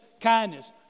kindness